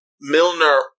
Milner